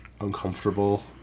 uncomfortable